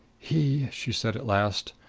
he she said at last,